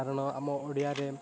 କାରଣ ଆମ ଓଡ଼ିଆରେ